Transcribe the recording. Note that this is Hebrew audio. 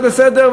זה בסדר,